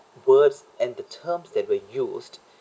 words and the terms that were used